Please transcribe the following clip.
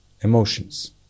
emotions